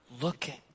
looking